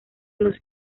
los